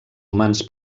humans